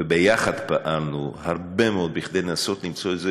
ויחד פעלנו הרבה מאוד כדי לנסות למצוא,